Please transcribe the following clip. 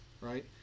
right